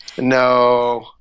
No